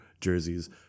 jerseys